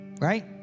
right